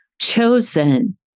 Chosen